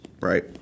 right